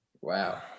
Wow